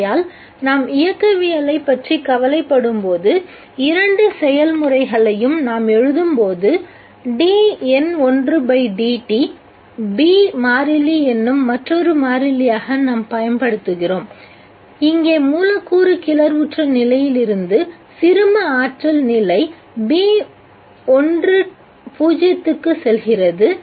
ஆகையால் நாம் இயக்கவியலைப் பற்றி கவலைப்படும்போது இரண்டு செயல்முறைகளையும் நாம் எழுதும்போது dN1dt B மாறிலி என்னும் மற்றொரு மாறிலியாக நாம் பயன்படுத்துகிறோம் இங்கே மூலக்கூறு கிளர்வுற்ற நிலையிலிருந்து சிறும ஆற்றல் நிலை க்குச் செல்கிறது